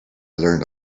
learned